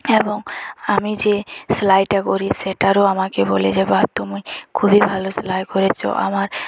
এবং আমি যে সেলাইটা করি সেটারও আমাকে বলে যে বাহ তুমি খুবই ভালো সেলাই করেছো আমার